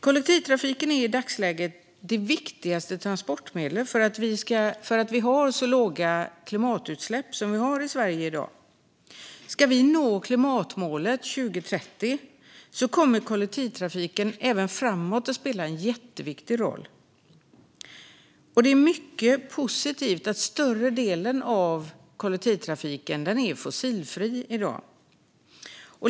Kollektivtrafiken är i dagsläget det transportmedel som är viktigast för att vi har så låga klimatutsläpp som vi har i Sverige i dag. Ska vi nå klimatmålet 2030 kommer kollektivtrafiken även framåt att spela en jätteviktig roll. Det är mycket positivt att större delen av kollektivtrafiken är fossilfri i dag.